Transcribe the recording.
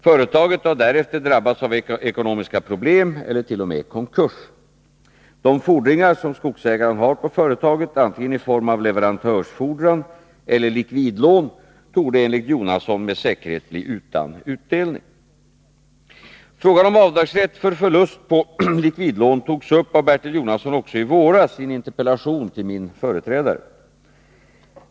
Företaget har därefter drabbats av ekonomiska problem eller t.o.m. konkurs. De fordringar som skogsägaren har på företaget i form av antingen leverantörsfordran eller likvidlån torde enligt Jonasson med säkerhet bli utan utdelning. Frågan om avdragsrätt för förlust på likvidlån togs upp av Bertil Jonasson också i våras i en interpellation till min företrädare.